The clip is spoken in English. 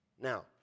Now